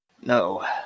No